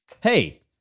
Hey